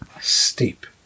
Steep